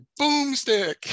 boomstick